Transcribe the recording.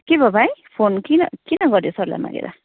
के भयो भाइ फोन किन किन गऱ्यो सरलाई मागेर